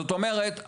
זאת אומרת,